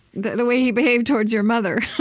the the way he behaved toward your mother.